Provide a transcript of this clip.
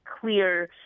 clear